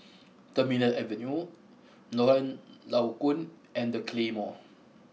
Terminal Avenue Lorong Low Koon and The Claymore